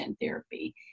therapy